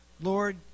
Lord